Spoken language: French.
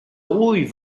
rouille